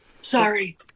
sorry